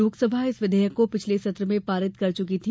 लोकसभा इस विधेयक को पिछले सत्र में पारित कर चुकी थी